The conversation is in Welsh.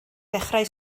ddechrau